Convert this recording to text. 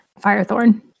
Firethorn